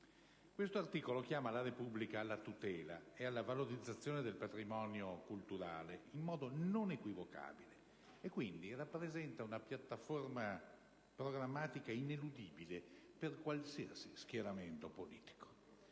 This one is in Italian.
Questo articolo chiama la Repubblica alla tutela e alla valorizzazione del patrimonio culturale in modo non equivocabile e, quindi, rappresenta una piattaforma programmatica ineludibile per qualsiasi schieramento politico.